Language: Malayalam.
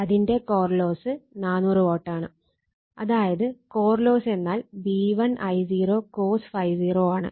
അതിന്റെ കോർ ലോസ് 400 വാട്ട് ആണ് അതായത് കോർ ലോസ് എന്നാൽ V1 I0 cos ∅0 ആണ്